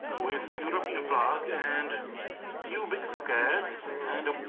with a european plug and two big sockets and.